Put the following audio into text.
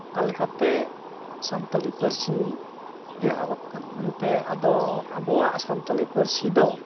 ᱚᱠᱟᱞᱮᱠᱟᱛᱮ ᱥᱟᱱᱛᱟᱲᱤ ᱯᱟᱹᱨᱥᱤ ᱵᱮᱣᱦᱟᱨᱚᱜ ᱠᱟᱱᱟ ᱢᱮᱱᱛᱮ ᱟᱫᱚ ᱟᱵᱚᱣᱟᱜ ᱥᱟᱱᱛᱟᱲᱤ ᱯᱟᱹᱨᱥᱤ ᱫᱚ